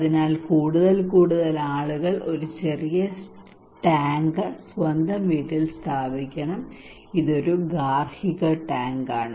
അതിനാൽ കൂടുതൽ കൂടുതൽ ആളുകൾ ഈ ചെറിയ ടാങ്ക് സ്വന്തം വീട്ടിൽ സ്ഥാപിക്കണം ഇത് ഒരു ഗാർഹിക ടാങ്കാണ്